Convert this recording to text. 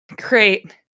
Great